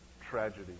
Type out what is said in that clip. tragedy